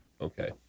Okay